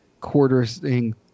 quartering